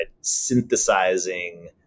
Synthesizing